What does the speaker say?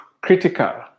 critical